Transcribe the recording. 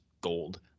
gold